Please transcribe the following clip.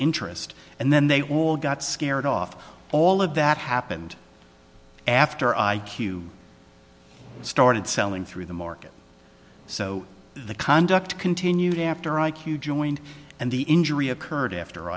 interest and then they all got scared off all of that happened after i q started selling through the market so the conduct continued after i q joined and the injury occurred after